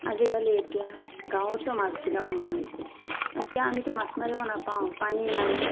আজিকালি এতিয়া গাঁৱতো মাছবিলাক নোহোৱা হৈছে এতিয়া আমিতো মাছ মাৰিব নাপাওঁ পানী নাই